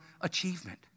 achievement